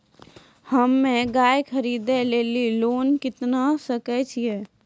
हम्मे गाय खरीदे लेली लोन लिये सकय छियै?